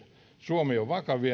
suomi on vakaviin ongelmiin